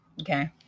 okay